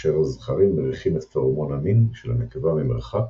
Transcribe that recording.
כאשר הזכרים מריחים את פרומון המין של הנקבה ממרחק